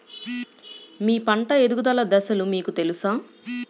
మీ పంట ఎదుగుదల దశలు మీకు తెలుసా?